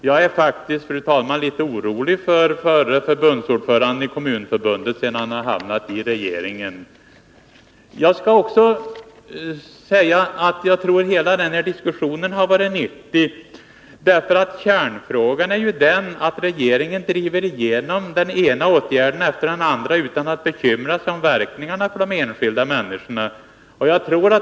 Jag är faktiskt, fru talman, litet oroad för förre förbundsordföranden i Kommunförbundet sedan han hamnat i regeringen. Jag tror att hela denna diskussion har varit nyttig. Förhållandet är ju det att regeringen driver igenom den ena åtgärden efter den andra utan att bekymra sig över verkningarna för de enskilda människorna.